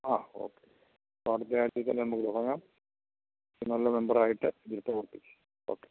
ആ ഓക്കെ അപ്പം അടുത്ത ആഴ്ച്ചയിൽത്തന്നെ നമുക്ക് തുടങ്ങാം ഇതിനുള്ള മെമ്പറായിട്ട് കോപ്പി ഓക്കെ